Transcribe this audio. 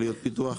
עלויות פיתוח,